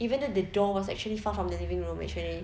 even though the door was actually far from the living room actually